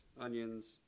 onions